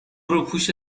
روپوش